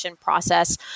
process